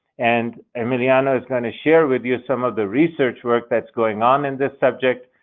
and emiliano is going to share with you some of the research work that's going on in this subject.